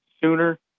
sooner